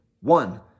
One